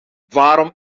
waarom